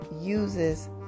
uses